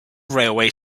railway